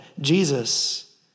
Jesus